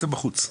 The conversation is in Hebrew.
אתם בחוץ.